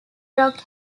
rock